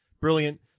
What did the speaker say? Brilliant